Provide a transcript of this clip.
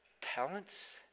talents